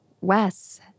Wes